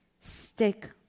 Stick